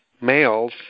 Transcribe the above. males